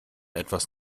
etwas